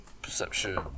perception